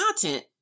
content